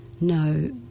no